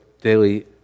daily